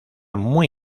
muy